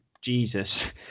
jesus